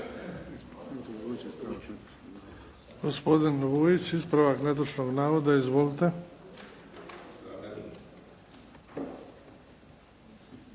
Gospodin Vujić, ispravak netočnog navoda. Izvolite.